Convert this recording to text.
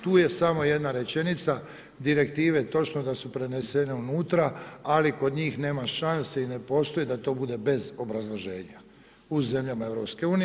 Tu je samo jedna rečenica, direktive, točno da su prenesene unutra, ali kod njih nema šanse i ne postoji da to bude bez obrazloženja u zemljama EU.